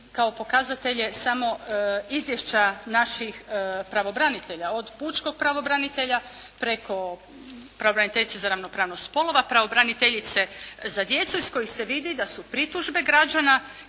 kao pokazatelje samo izvješća naših pravobranitelja od pučkog pravobranitelja preko pravobraniteljice za ravnopravnost spolova, pravobraniteljice za djecu iz kojih se vidi da su pritužbe građana